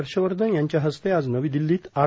हर्षवर्धन यांच्या हस्ते आज नवी दिल्लीत आर